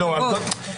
ההחרגות.